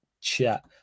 chat